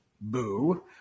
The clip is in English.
boo